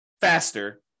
faster